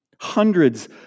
Hundreds